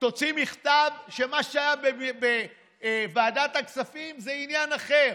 תוציא מכתב שמה שהיה בוועדת הכספים זה עניין אחר.